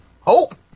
hope